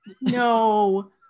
No